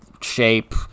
shape